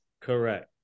Correct